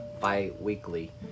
bi-weekly